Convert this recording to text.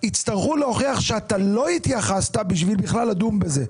יצטרכו להוכיח שאתה לא התייחסת בשביל בכלל לדון בזה.